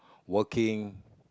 working